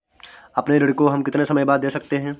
अपने ऋण को हम कितने समय बाद दे सकते हैं?